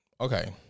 okay